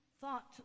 thought